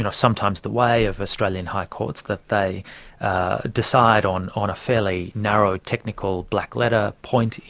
you know sometimes the way of australian high courts, that they decide on on a fairly narrow technical black-letter point,